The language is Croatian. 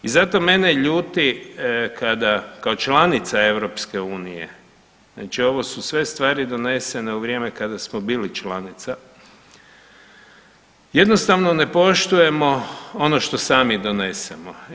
I zato mene ljuti kada kao članica EU, znači ovo su sve stvari donesene u vrijeme kada smo bili članica jednostavno ne poštujemo ono što sami donesemo.